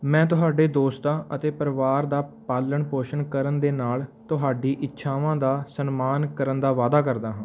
ਮੈਂ ਤੁਹਾਡੇ ਦੋਸਤਾਂ ਅਤੇ ਪਰਿਵਾਰ ਦਾ ਪਾਲਣ ਪੋਸ਼ਣ ਕਰਨ ਦੇ ਨਾਲ ਤੁਹਾਡੀ ਇੱਛਾਵਾਂ ਦਾ ਸਨਮਾਨ ਕਰਨ ਦਾ ਵਾਅਦਾ ਕਰਦਾ ਹਾਂ